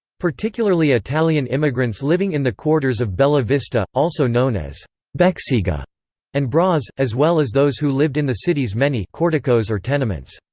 particularly italian immigrants living in the quarters of bela vista, also known as bexiga and bras, as well as those who lived in the city's many corticos or tenements.